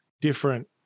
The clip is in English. different